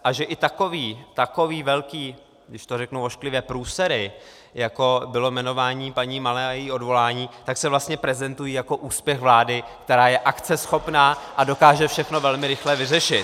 A že i vlastně takové velké, když to řeknu ošklivě, průsery, jako bylo jmenování paní Malé a její odvolání, se vlastně prezentují jako úspěch vlády, která je akceschopná a dokáže všechno velmi rychle vyřešit.